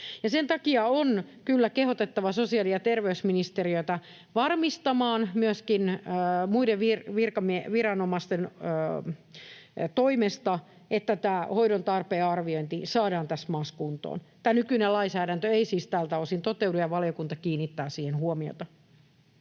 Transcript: Sen takia on kyllä kehotettava sosiaali‑ ja terveysministeriötä varmistamaan myöskin muitten viranomaisten toimesta, että tämä hoidon tarpeen arviointi saadaan tässä maassa kuntoon. Nykyinen lainsäädäntö ei siis tältä osin toteudu, ja valiokunta kiinnittää siihen huomiota.